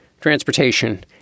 transportation